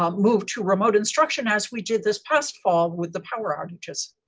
um move to remote instruction, as we did this past fall with the power outages.